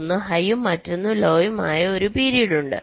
ഒന്ന് ഹൈയും മറ്റൊന്ന് ലോയും ആയ ഒരു പീരീഡ് ഉണ്ട്